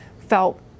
felt